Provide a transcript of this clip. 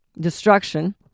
destruction